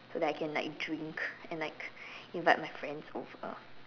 so that I can like you drink and like invite my friends over